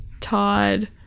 Todd